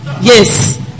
yes